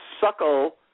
suckle